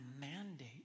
mandate